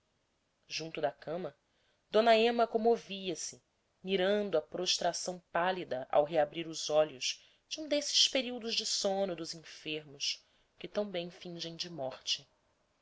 junto da cama d ema comovia-se mirando a prostração pálida ao reabrir os olhos de um desses períodos de sono dos enfermos que tão bem fingem de morte